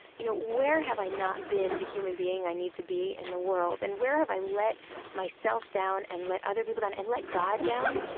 you know, where have i not been the human being i need to be in the world? and where have i let myself down and let other people down, and let god down?